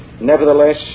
nevertheless